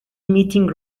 meeting